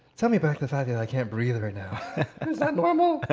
tell me about the fact that i can't breathe right now. is that normal?